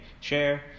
share